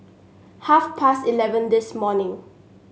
half past eleven this morning